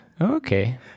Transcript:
Okay